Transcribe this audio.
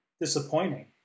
disappointing